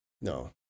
no